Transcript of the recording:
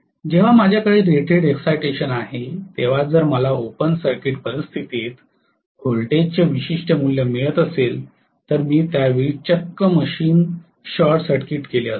जेव्हा माझ्याकडे rated excitation आहे तेव्हा जर मला ओपन सर्किट परिस्थितीत व्होल्टेजचे विशिष्ट मूल्य मिळत असेल तर मी त्या वेळी चक्क मशीन शॉर्टसर्किट केले असते